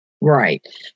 Right